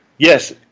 Yes